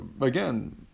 again